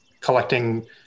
collecting